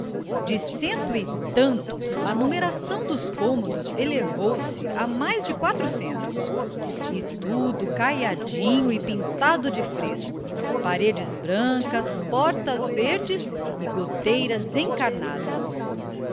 de cento e tantos a numeração dos cômodos elevou se a mais de quatrocentos e tudo caiadinho e pintado de fresco paredes brancas portas verdes e goteiras encarnadas